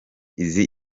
izi